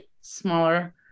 smaller